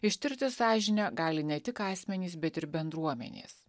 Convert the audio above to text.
ištirti sąžinę gali ne tik asmenys bet ir bendruomenės